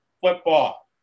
football